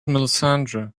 melissandre